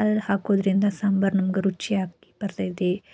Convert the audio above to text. ಅದನ್ನ ಹಾಕೋದರಿಂದ ಸಾಂಬಾರ್ ನಮ್ಗೆ ರುಚಿಯಾಗಿ ಬರ್ತೈತೆ